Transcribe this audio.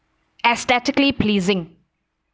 aesthetically pleasing